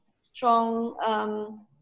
strong